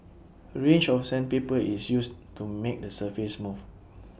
A range of sandpaper is used to make the surface smooth